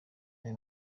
aya